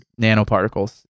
nanoparticles